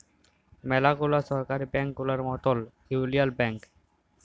ম্যালা গুলা সরকারি ব্যাংক গুলার মতল ইউলিয়াল ব্যাংক